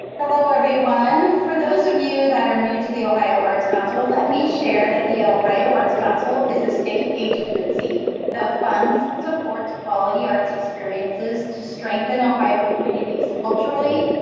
hello everyone! for those of you that are new to the ohio arts council, let me share that the ohio arts council is a state agency that funds and supports quality arts experiences to strengthen ohio communities culturally,